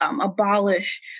abolish